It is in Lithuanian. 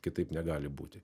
kitaip negali būti